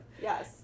Yes